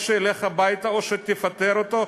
או שילך הביתה או שתפטר אותו,